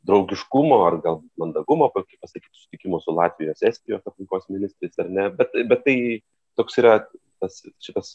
draugiškumo ar gal mandagumo kokį pasakyt susitikimų su latvijos estijos aplinkos ministrais ar ne bet bet tai toks yra tas šitas